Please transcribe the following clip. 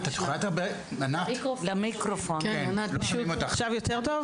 ענת בר.